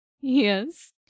Yes